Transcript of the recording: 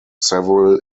several